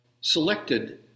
selected